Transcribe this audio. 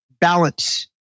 balance